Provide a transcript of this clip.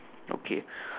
okay